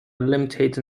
limited